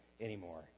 anymore